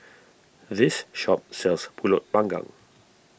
this shop sells Pulut Panggang